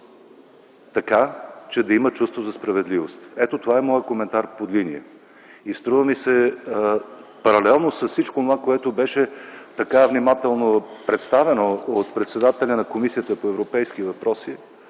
така, че да има чувство за справедливост. Ето, това е моят коментар под линия. Струва ми се, паралелно с всичко онова, което беше така внимателно представено от председателя на Комисията по европейските въпроси,